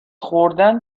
خوردن